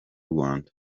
rwanda